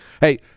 Hey